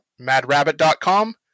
madrabbit.com